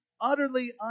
utterly